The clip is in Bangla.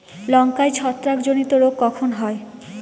লঙ্কায় ছত্রাক জনিত রোগ কখন হয়?